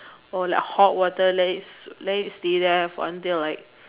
or like hot water let it let it stay there for until like